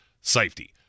safety